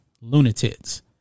lunatics